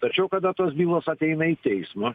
tačiau kada tos bylos ateina į teismą